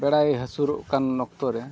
ᱵᱮᱲᱟᱭ ᱦᱟᱹᱥᱩᱨᱚᱜ ᱠᱟᱱ ᱚᱠᱛᱚ ᱨᱮ